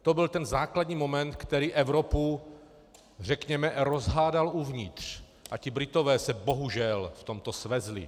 To byl ten základní moment, který Evropu řekněme rozhádal uvnitř, a ti Britové se bohužel v tomto svezli.